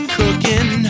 cooking